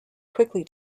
quickly